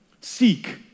seek